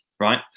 Right